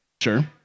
Sure